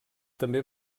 també